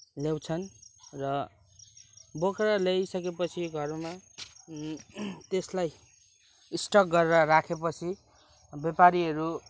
ल्याउँछन् र बोकेर ल्याइसकेपछि घरमा त्यसलाई स्टक गरेर राखेपछि व्यापारीहरू